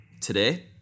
Today